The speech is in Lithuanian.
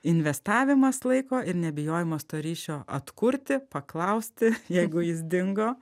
investavimas laiko ir nebijojimas to ryšio atkurti paklausti jeigu jis dingo